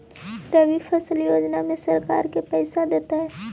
रबि फसल योजना में सरकार के पैसा देतै?